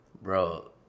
Bro